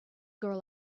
girl